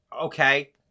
Okay